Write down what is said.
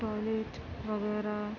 toilet وغیرہ